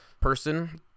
person